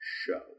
show